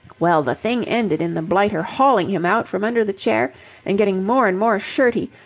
well, the thing ended in the blighter hauling him out from under the chair and getting more and more shirty,